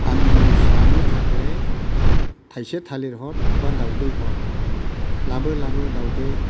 आंनि फिसानि थाखाय थाइसे थालिर हर बा दावदै हर लाबो लाबो दावदै